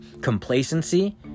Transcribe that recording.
complacency